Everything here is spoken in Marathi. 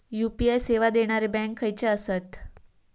यू.पी.आय सेवा देणारे बँक खयचे आसत?